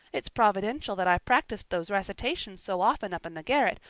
it's providential that i practiced those recitations so often up in the garret,